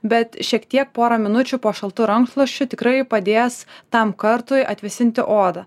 bet šiek tiek porą minučių po šaltu rankšluosčiu tikrai padės tam kartui atvėsinti odą